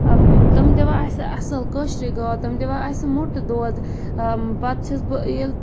تِم دِوان اَسہِ اصٕل کٲشرِ گاوٕ تِم دِوان اَسہِ موٚٹ دۄد پَتہٕ چھَس بہٕ ییٚلہِ